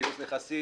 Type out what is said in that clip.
כינוס נכסים,